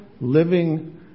living